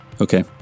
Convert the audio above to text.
okay